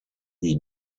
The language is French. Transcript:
des